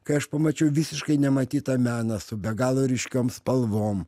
kai aš pamačiau visiškai nematytą meną su be galo ryškiom spalvom